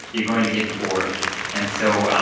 you're going to get bored and so